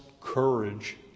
courage